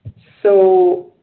so,